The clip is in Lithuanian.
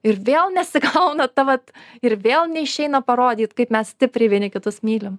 ir vėl nesigauna ta vat ir vėl neišeina parodyt kaip mes stipriai vieni kitus mylim